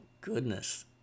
goodness